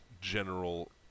general